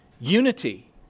Unity